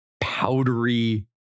powdery